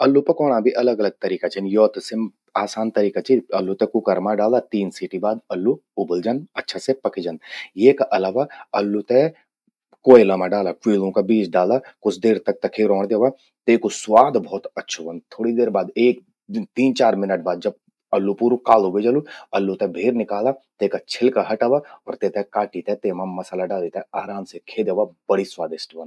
अल्लु पकौणा भी अलग अलग तरीका छिन। यो त आसान तरिका चि अल्लू ते कुकर मां डाला, तीन सीटी बाद अल्लू उबल जंद, अच्छा से पकि जंद। येका अलावा अल्लू ते कोयला मां डाला क्वीलों का बीच डाला, कुछ देर तक तखि रौण द्यवा, तेकु स्वाद भौत अच्छू व्हंद। थोड़ी देर बाद एक तीन चार मिनट बाद, जब अल्लू पूरू कालु व्हे जलु। अल्लू ते भेर निकाला, तेका छिलका हटावा अर तेते काटी ते, तेमा मसला डाली ते आराम से खे द्यवा। बढ़ि स्वादिष्ट व्हंद।